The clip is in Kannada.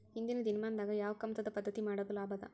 ಇಂದಿನ ದಿನಮಾನದಾಗ ಯಾವ ಕಮತದ ಪದ್ಧತಿ ಮಾಡುದ ಲಾಭ?